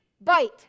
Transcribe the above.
bite